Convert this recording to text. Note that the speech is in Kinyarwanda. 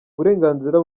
uburenganzira